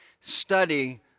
study